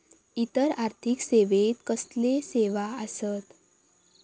इतर आर्थिक सेवेत कसले सेवा आसत?